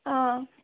ꯑꯪ